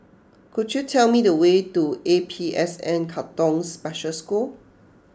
could you tell me the way to A P S N Katong Special School